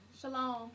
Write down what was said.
Shalom